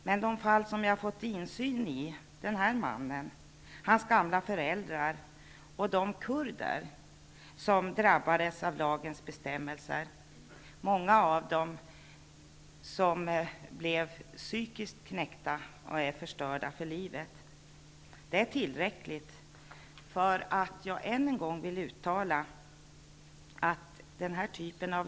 Men de fall som jag har fått insyn i är tillräckliga för att jag än en gång vill uttala att den typ av lagstiftning som det här är fråga om, inte är värdig en rättsstat. De fallen gäller denna man, hans gamla föräldrar och även de kurder som drabbades av lagens bestämmelser.